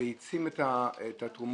זה העצים את התרומות,